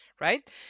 right